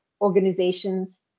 organizations